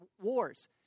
wars